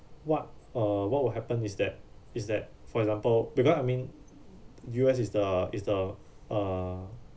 what uh what will happen is that is that for example because I mean U_S is the is the uh